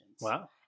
Wow